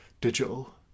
digital